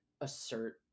assert